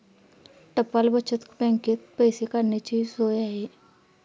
टपाल बचत बँकेत पैसे काढण्याचीही सोय आहे